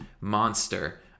monster